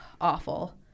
awful